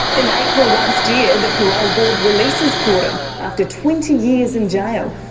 in april last year the parole board releases pora after twenty years in jail.